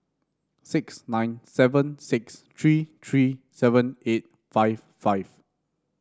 six nine seven six three three seven eight five five